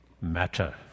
matter